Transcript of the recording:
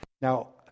Now